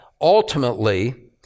ultimately